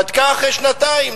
בדקה אחרי שנתיים,